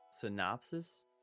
synopsis